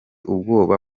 ubwoba